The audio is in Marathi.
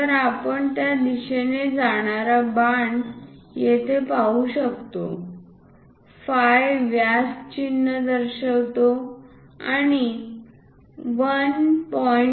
तर आपण त्या दिशेने जाणारा बाण येथे पाहू शकतो फाय व्यास चिन्ह दर्शवते आणि 1